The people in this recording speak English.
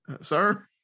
sir